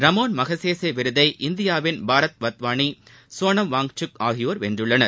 Ramon Magsaysay விருதை இந்தியாவின் பாரத் வத்வாளி சோனம் வாங்கக் ஆகியோர் வென்றுள்ளனர்